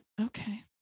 okay